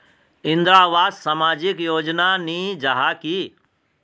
इंदरावास सामाजिक योजना नी जाहा की?